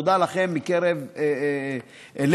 תודה לכם מקרב לב,